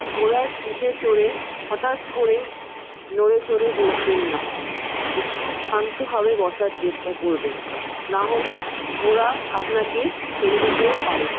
ঘোড়ার পিঠে চড়ে হঠাৎ করে নড়ে চড়ে বসবেন না একটু শান্ত ভাবে বসার চেষ্টা করবেন না হলে ঘোরা আপনাকে ফেলে দিতেও পারে